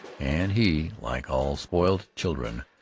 and he, like all spoiled children,